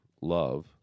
love